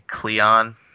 Cleon